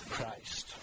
Christ